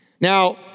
Now